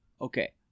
Okay